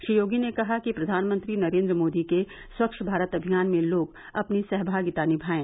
श्री योगी ने कहा कि प्रधानमंत्री नरेन्द्र मोदी के स्वच्छ भारत अभियान में लोग अपनी सहभागिता निभायें